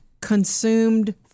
consumed